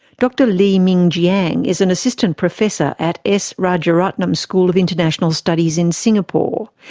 dr li mingjiang is an assistant professor at s. rajaratnam school of international studies in singapore.